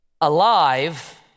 alive